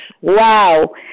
Wow